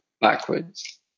backwards